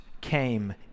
came